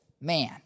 man